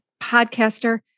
podcaster